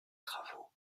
travaux